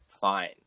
fine